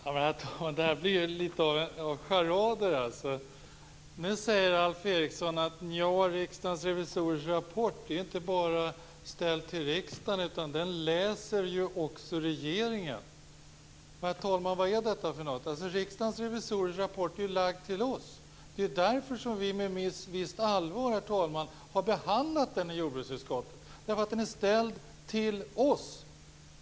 Herr talman! Det här blir litet av en charad. Nu säger Alf Eriksson att revisorernas rapport inte bara är ställd till riksdagen utan läses också av regeringen. Vad är det för någonting? Riksdagens revisorers rapport är ställd till oss. Det är därför som vi med visst allvar har behandlat den i jordbruksutskottet. Den är ställd till oss.